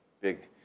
big